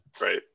Right